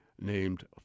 named